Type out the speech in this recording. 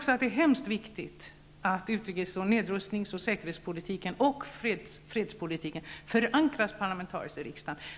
Det är hemskt viktigt att utrikes-, nedrustnings-, säkerhets och fredspolitiken förankras parlamentariskt i riksdagen.